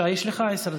בבקשה, יש לך עשר דקות.